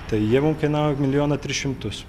tai jie mum kainavo milijoną tris šimtus